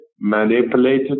manipulated